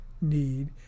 need